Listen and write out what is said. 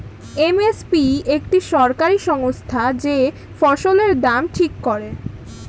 M S P একটি সরকারি সংস্থা যে ফসলের দাম ঠিক করে